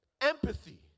empathy